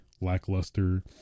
lackluster